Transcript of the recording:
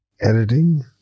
editing